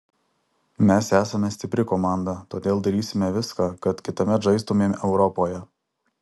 mes esame stipri komanda todėl darysime viską kad kitąmet žaistumėm europoje